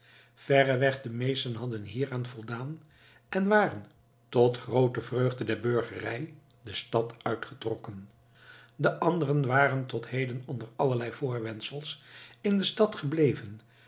verreweg de meesten hadden hieraan voldaan en waren tot groote vreugde der burgerij de stad uitgetrokken de anderen waren tot heden onder allerlei voorwendsels in de stad gebleven